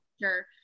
Sure